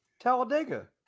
Talladega